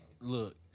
Look